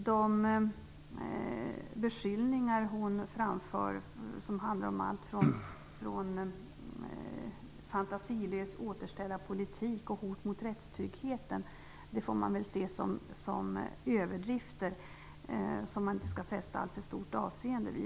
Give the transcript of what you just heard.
De beskyllningar hon framför, som handlar om allt från fantasilös återställarpolitik till hot mot rättstryggheten, får man väl se som överdrifter som man inte skall fästa alltför stort avseende vid.